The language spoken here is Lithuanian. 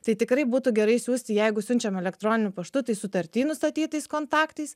tai tikrai būtų gerai siųsti jeigu siunčiam elektroniniu paštu tai sutarty nustatytais kontaktais